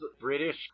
British